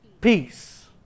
peace